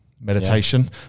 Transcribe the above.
meditation